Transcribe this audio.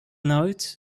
note